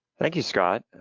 thank you, scott.